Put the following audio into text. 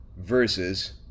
versus